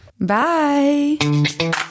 Bye